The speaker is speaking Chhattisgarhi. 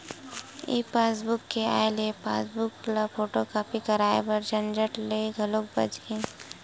ई पासबूक के आए ले पासबूक ल फोटूकापी कराए के झंझट ले घलो बाच गे